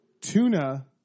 Tuna